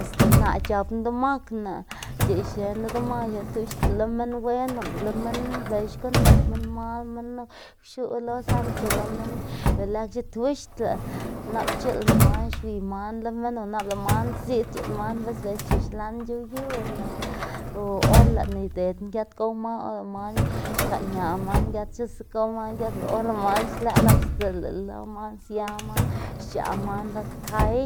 Este naꞌ c̲h̲apná demakná c̲h̲iꞌ xneꞌná lo demakná tuxtla lo minn wen noꞌnda lo minn bela xkuꞌn nak minn mal minnu kwxuꞌ lo saꞌnde chu lo minn be lëc̲h̲e tuxtla nap c̲h̲iꞌlna man xwiy man lo minn o nap lëꞌ man ziꞌd c̲h̲uꞌnn man bis bela chu xlaꞌn c̲h̲ow yuna o or lëꞌná idedná giat gow man or lëꞌ man xkaña man giat xnuse gow man giat o or lëꞌ man xlëꞌ nap sdzila lo man sia man xc̲h̲aꞌ man lad kay